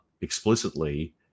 explicitly